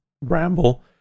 ramble